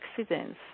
accidents